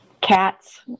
cats